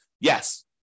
yes